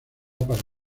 para